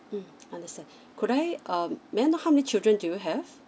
mm understand could I um may I know how many children do you have